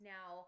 Now